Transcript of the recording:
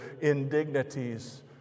indignities